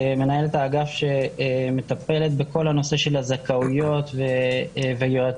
מנהלת האגף שמטפלת בכל הנושא של הזכאויות ויועצים.